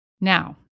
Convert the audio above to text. Now